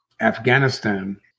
Afghanistan